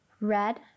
Red